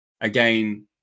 Again